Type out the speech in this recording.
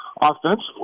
offensively